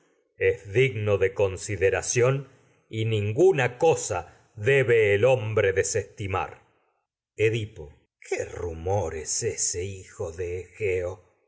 el digno de consideración ninguna cosa debe hombre desestimar edipo qué rumor es hijo de egeo